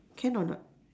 can or not